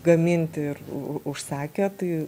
gaminti ir u užsakė tai